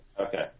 okay